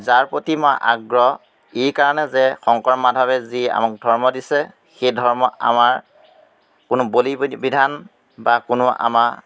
যাৰ প্ৰতি মই আগ্ৰহ এই কাৰণে যে শংকৰ মাধৱে যি আমাক ধৰ্ম দিছে সেই ধৰ্ম আমাৰ কোনো বলি বিধান বা কোনো আমাৰ